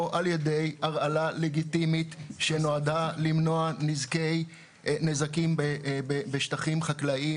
לא על ידי הרעלה לגיטימית שנועדה למנוע נזקים בשטחים חקלאיים.